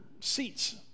seats